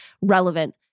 relevant